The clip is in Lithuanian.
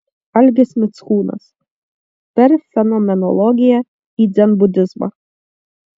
algis mickūnas per fenomenologiją į dzenbudizmą